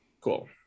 Cool